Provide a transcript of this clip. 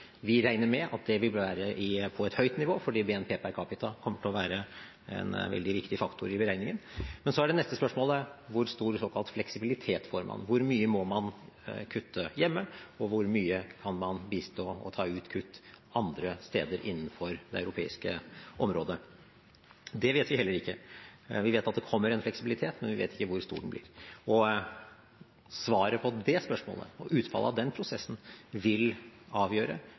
Vi regner med at det vil være på et høyt nivå, fordi BNP per capita kommer til å være en veldig viktig faktor i beregningen. Men så er det neste spørsmålet: Hvor stor såkalt fleksibilitet får man? Hvor mye må man kutte hjemme, og hvor mye kan man bistå med hensyn til å ta ut kutt andre steder innenfor det europeiske området? Det vet vi heller ikke. Vi vet at det kommer en fleksibilitet, men vi vet ikke hvor stor den blir. Svaret på det spørsmålet og utfallet av den prosessen vil avgjøre